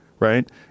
Right